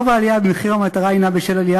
רוב העלייה במחיר המטרה הוא בשל עלייה